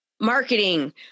marketing